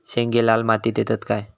शेंगे लाल मातीयेत येतत काय?